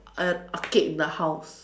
I have arcade in the house